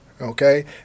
okay